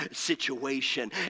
situation